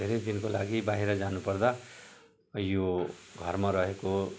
धेरै दिनको लागि बाहिर जानुपर्दा यो घरमा रहेको